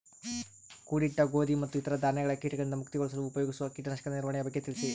ಕೂಡಿಟ್ಟ ಗೋಧಿ ಮತ್ತು ಇತರ ಧಾನ್ಯಗಳ ಕೇಟಗಳಿಂದ ಮುಕ್ತಿಗೊಳಿಸಲು ಉಪಯೋಗಿಸುವ ಕೇಟನಾಶಕದ ನಿರ್ವಹಣೆಯ ಬಗ್ಗೆ ತಿಳಿಸಿ?